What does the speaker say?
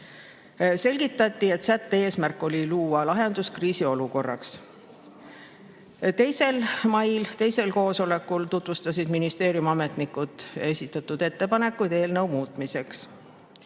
Selgitati, et sätte eesmärk oli luua lahendus kriisiolukorraks. 2. mail, teisel koosolekul tutvustasid ministeeriumi ametnikud [ministeeriumi] esitatud ettepanekuid eelnõu muutmiseks.